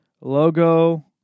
Logo